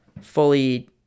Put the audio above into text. fully